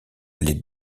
les